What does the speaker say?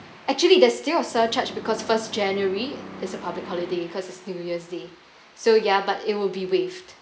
actually there's still a surcharge because first january is a public holiday cause it's new year's day so yeah but it will be waived